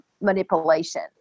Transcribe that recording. manipulation